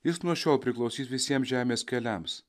jis nuo šiol priklausys visiems žemės keliams